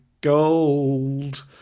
gold